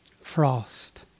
Frost